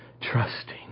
trusting